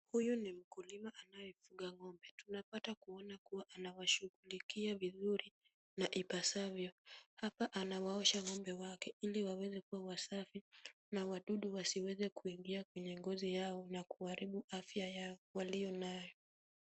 Huyu ni mkulima anayefuga ng'ombe. Tunapata kuona kuwa anawashughulikia vizuri na ipasavyo . Hapa anawaosha ng'ombe wake ili waweze kuwa wasafi na wadudu wasiweze kuingia kwenye ngozi yao na kuharibu afya yao waliyo nayo.